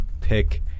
Pick